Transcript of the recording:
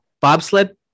bobsled